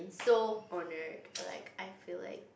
so honored like I feel like